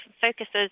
focuses